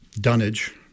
dunnage